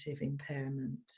impairment